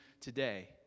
today